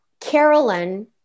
Carolyn